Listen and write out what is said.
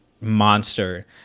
monster